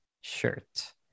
shirt